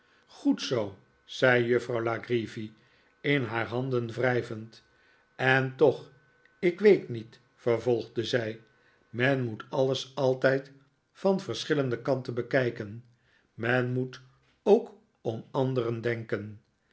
goed zoo zei juffrouw la creevy in haar handen wrijvend en toch ik weet niet vervolgde zij men moet alles altijd van yerschillende kanten bekijken men moet ook om anderen denken